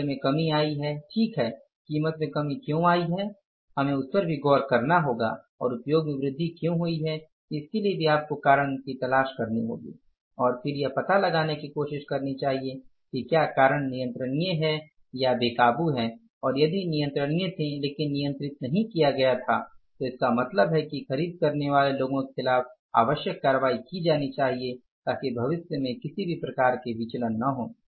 मूल्य में कमी आई है ठीक है कीमत में कमी क्यों आई है हमें उस पर भी गौर करना होगा और उपयोग में वृद्धि क्यों हुई है इसके लिए भी आपको कारण तलाश करनी होगी और फिर यह पता लगाने की कोशिश करनी चाहिए कि क्या कारण नियंत्रणीय है या बेकाबू हैं और यदि नियंत्रणीय थे लेकिन नियंत्रित नहीं किया गया था तो इसका मतलब है कि खरीद करने वाले लोगों के खिलाफ आवश्यक कार्रवाई की जानी चाहिए ताकि भविष्य में किसी भी प्रकार के विचलन न हों